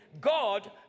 God